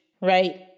right